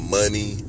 money